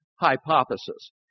hypothesis